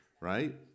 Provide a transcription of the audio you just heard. Right